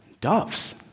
Doves